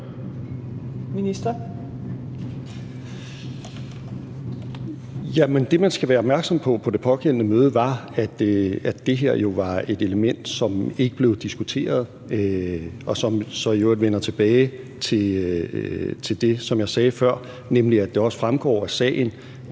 Det, som man skal være opmærksom på på det pågældende møde, var, at det her jo var et element, som ikke blev diskuteret, og som så i øvrigt vender tilbage til det, som jeg sagde før, nemlig at det også fremgår af sagen,